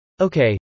Okay